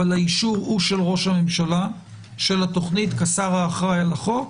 אבל האישור הוא של ראש הממשלה של התוכנית כשר האחראי על החוק,